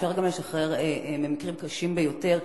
שאפשר גם לשחרר במקרים קשים ביותר,